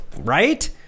right